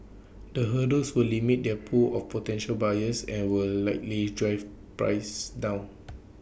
the hurdles will limit their pool of potential buyers and will likely drive prices down